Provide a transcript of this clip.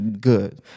good